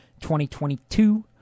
2022